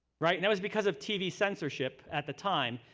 right? that was because of tv censorship at the time,